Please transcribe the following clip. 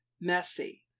messy